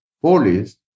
police